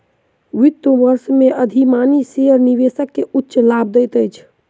वित्त वर्ष में अधिमानी शेयर निवेशक के उच्च लाभ दैत अछि